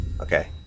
okay